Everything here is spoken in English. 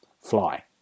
fly